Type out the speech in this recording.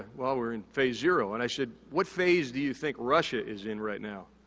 well, we're in phase zero. and, i said, what phase do you think russia is in right now?